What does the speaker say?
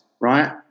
right